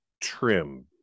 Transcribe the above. trim